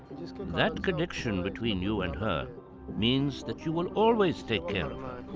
that connection between you and her means that you will always take care of her.